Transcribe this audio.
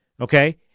Okay